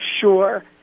sure